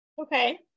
okay